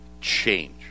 change